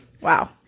Wow